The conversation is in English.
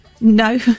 No